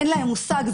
אין להם מושג.